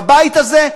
בבית הזה,